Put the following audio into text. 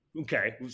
okay